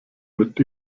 mit